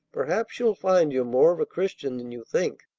perhaps you'll find you're more of a christian than you think.